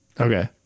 Okay